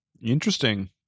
Interesting